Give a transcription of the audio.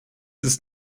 ist